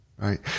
Right